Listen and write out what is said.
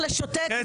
זה מה שנאמר לו?